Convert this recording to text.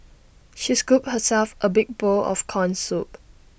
she scooped herself A big bowl of Corn Soup